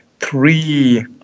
Three